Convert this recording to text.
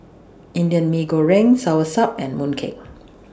Indian Mee Goreng Soursop and Mooncake